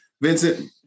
Vincent